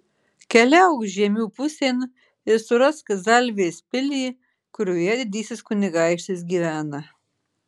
keliauk žiemių pusėn ir surask zalvės pilį kurioje didysis kunigaikštis gyvena